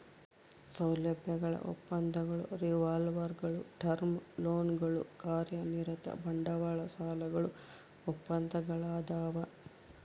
ಸೌಲಭ್ಯಗಳ ಒಪ್ಪಂದಗಳು ರಿವಾಲ್ವರ್ಗುಳು ಟರ್ಮ್ ಲೋನ್ಗಳು ಕಾರ್ಯನಿರತ ಬಂಡವಾಳ ಸಾಲಗಳು ಒಪ್ಪಂದಗಳದಾವ